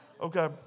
Okay